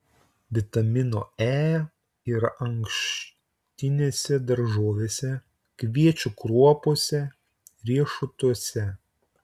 vitamino e yra ankštinėse daržovėse kviečių kruopose riešutuose